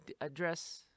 address